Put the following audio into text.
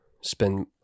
spend